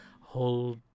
hold